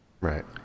Right